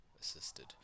assisted